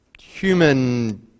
human